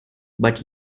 but